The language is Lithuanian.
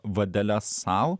vadeles sau